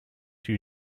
you